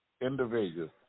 individuals